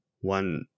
one